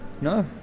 No